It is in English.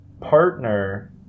partner